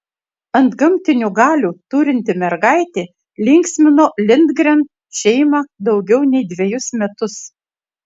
antgamtinių galių turinti mergaitė linksmino lindgren šeimą daugiau nei dvejus metus